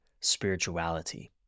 spirituality